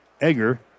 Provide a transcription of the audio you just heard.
Egger